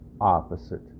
opposite